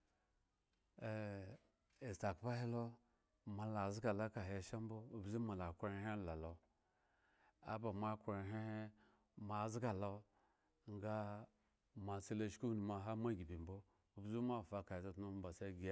sekampa he lo mo la azga lo ka he shambo obza moa la akrohen la lo aba moa akro hen he mo la azga to sa mo a la silo askavi onum ha moa la sbi bo obza moa aba fa kahe tutum ba sa agi